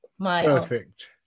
Perfect